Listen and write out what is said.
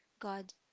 God